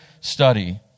study